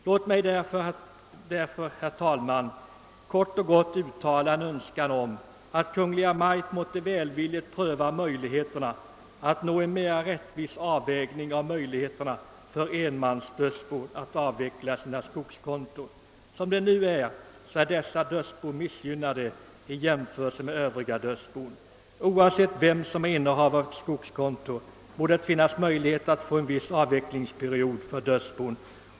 Låt mig därför, herr talman, bara uttala en önskan om att Kungl. Maj:t måtte välvilligt pröva förutsättningarna för att få till stånd en mera rättvis avvägning av möjligheterna för enmansdödsbon att avveckla sina skogskonton. För närvarande är dessa enmansdödsbon missgynnade i jämförelse med Öövriga dödsbon. Oavsett vem som är inne havare av ett skogskonto borde det finnas möjlighet att bestämma en viss avvecklingsperiod för dödsbon.